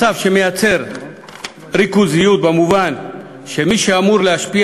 מצב שמייצר ריכוזיות במובן שמי שאמור להשפיע